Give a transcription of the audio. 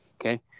okay